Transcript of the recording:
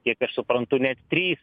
kiek aš suprantu net trys